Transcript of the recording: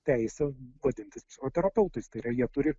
teisę vadintis psichoterapiautais tai yra jie turi